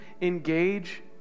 engage